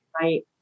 right